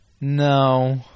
No